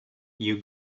you